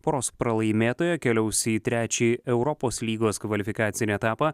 poros pralaimėtoja kėliaus į trečiąjį europos lygos kvalifikacinį etapą